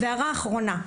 הערה אחרונה,